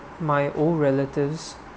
my old relatives